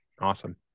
Awesome